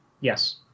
Yes